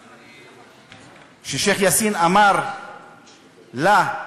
השיח' יאסין אמר לה: